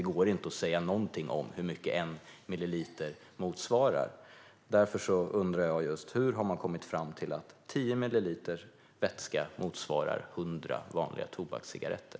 Det går inte att säga någonting om hur mycket 1 milliliter motsvarar. Därför undrar jag: Hur har man kommit fram till att 10 milliliter vätska motsvarar 100 vanliga tobakscigaretter?